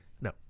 No